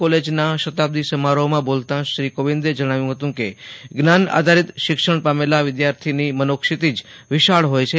કોલેજના શતાબ્દિ સમારોહમાં બોલતાં શ્રી કોવિંદે જણાવ્યું હતું કે જ્ઞાન આધારિત શિક્ષણ પામેલા વિદ્યાર્થીની મનોક્ષિતિજ વિશાળ હોય છે